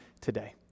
today